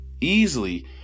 easily